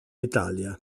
italia